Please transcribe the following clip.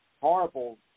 horrible